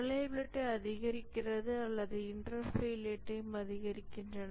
reliability அதிகரிக்கிறது அல்லது inter failure time அதிகரிக்கின்றன